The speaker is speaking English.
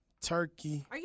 Turkey